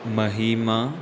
महिमा